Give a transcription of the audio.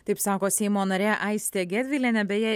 taip sako seimo narė aistė gedvilienė beje